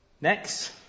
Next